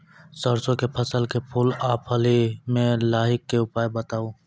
सरसों के फसल के फूल आ फली मे लाहीक के उपाय बताऊ?